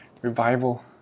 revival